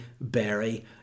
berry